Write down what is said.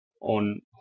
on